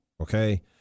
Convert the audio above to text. okay